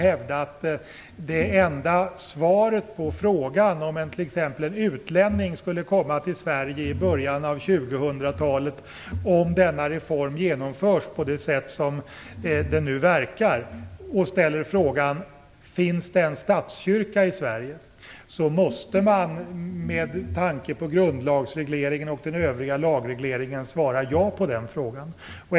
Om en utlänning skulle komma till Sverige i början av 2000-talet och, om denna reform genomförs på det sätt som det nu förefaller, och frågar om det finns en statskyrka i Sverige, måste man med tanke på grundlagsregleringen och den övriga lagregleringen svara ja på den frågan.